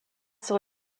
sont